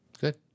Good